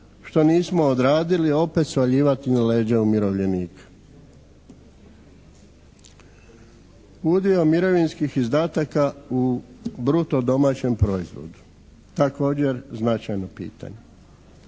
što nismo odradili opet svaljivati na leđa umirovljenika? Udio mirovinskih izdataka u bruto domaćem proizvodu također značajno pitanje.